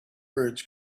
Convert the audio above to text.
birds